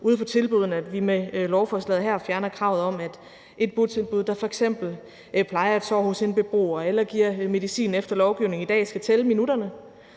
ude på tilbuddene, at vi med lovforslaget her fjerner kravet om, at et botilbud, der f.eks. plejer et sår hos en beboer eller giver medicin efter lovgivningen, i dag skal tælle minutterne